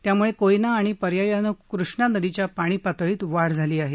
त्यामुळे कोयना आणि पर्यायाने कृष्णा नदीच्या पाणी पातळीत वाढ झाली आहे